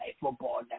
Football